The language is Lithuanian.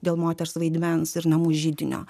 dėl moters vaidmens ir namų židinio